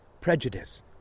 prejudice